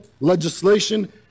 legislation